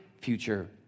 future